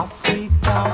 Africa